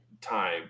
time